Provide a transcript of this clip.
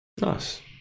Nice